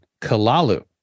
kalalu